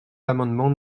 l’amendement